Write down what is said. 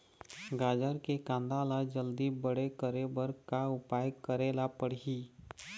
गाजर के कांदा ला जल्दी बड़े करे बर का उपाय करेला पढ़िही?